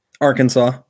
Arkansas